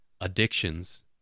addictions